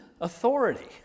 authority